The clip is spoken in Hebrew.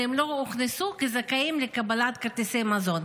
והם לא הוכנסו כזכאים לקבלת כרטיסי מזון.